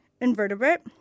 invertebrate